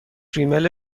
ریمیل